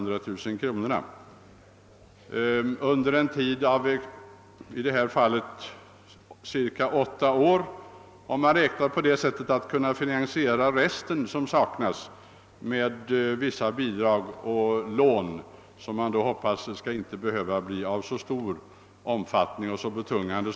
Detta under cirka åtta år. Man räknade med att kunna finansiera resten med vissa bidrag och lån, som man hoppades inte skulle behöva bli så betungande.